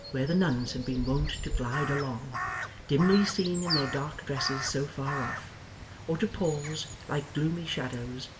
where the nuns had been wont to glide along dimly seen in their dark dresses so far off or to pause like gloomy shadows,